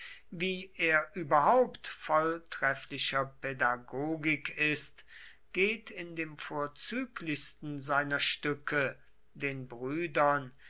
wie er überhaupt voll trefflicher pädagogik ist geht in dem vorzüglichsten seiner stücke den brüdern